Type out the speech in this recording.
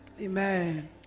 Amen